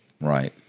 right